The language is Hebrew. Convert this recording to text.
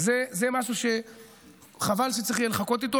זה משהו שחבל שצריך יהיה לחכות איתו.